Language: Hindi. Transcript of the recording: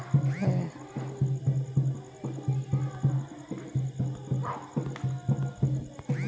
प्रधानमंत्री उज्ज्वला योजना की वजह से कोयले का प्रयोग कम हो गया है